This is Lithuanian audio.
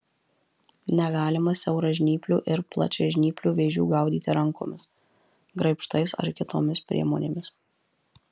negalima siauražnyplių ir plačiažnyplių vėžių gaudyti rankomis graibštais ar kitomis priemonėmis